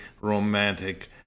romantic